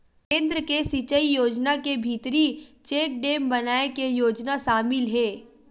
केन्द्र के सिचई योजना के भीतरी चेकडेम बनाए के योजना सामिल हे